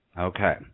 Okay